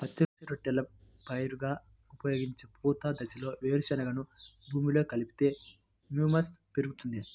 పచ్చి రొట్టెల పైరుగా ఉపయోగించే పూత దశలో వేరుశెనగను భూమిలో కలిపితే హ్యూమస్ పెరుగుతుందా?